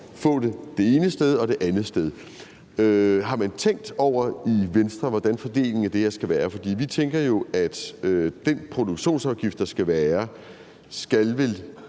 få det det ene sted og det andet sted. Har man tænkt over i Venstre, hvordan fordelingen af det her skal være? For vi tænker jo, at den produktionsafgift, der skal være, vel